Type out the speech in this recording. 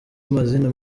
mazina